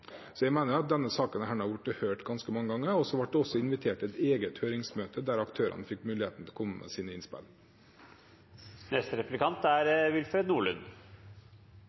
Så jeg mener at denne saken er hørt ganske mange ganger. Det ble også invitert til et eget høringsmøte der aktørene fikk mulighet til å komme med sine innspill. Regjeringen er